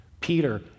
Peter